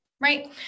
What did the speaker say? right